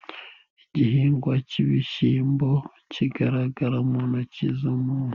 Igihingwa cy'ibishyimbo kigaragara mu ntoki z'umunyu.